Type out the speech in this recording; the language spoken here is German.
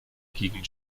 gegen